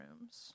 rooms